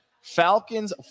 Falcons